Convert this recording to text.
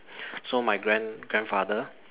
so my grand~ grandfather